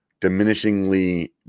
diminishingly